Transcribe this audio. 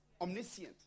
omniscient